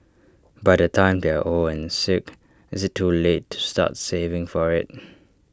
by the time they are old and sick IT is too late to start saving for IT